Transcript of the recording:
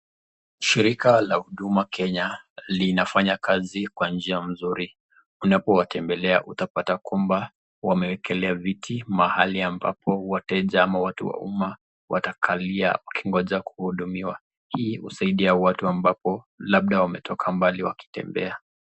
Shirika la huduma kenya linafanya kazi kwa njia mzuri. Unapowatembelea utapata kwamba wamewekelea viti mahali ambapo wateja ama watu wa umma watakalia wakigonja hudumiwa. Hii husaidia watu ambapo labda wametoka mbali wakitembea.